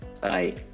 bye